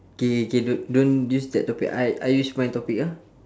K K don~ don't use that topic I I use my topic ah